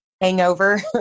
hangover